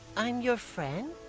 i'm your friend?